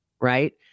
Right